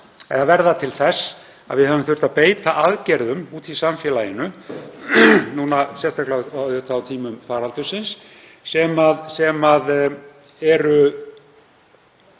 og verða til þess að við höfum þurft að beita aðgerðum úti í samfélaginu, sérstaklega á tímum faraldursins, sem eru